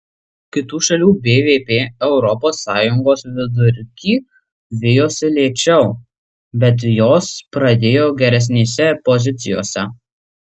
kitų šalių bvp europos sąjungos vidurkį vijosi lėčiau bet jos ir pradėjo geresnėse pozicijose